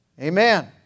Amen